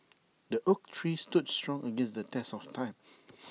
the oak tree stood strong against the test of time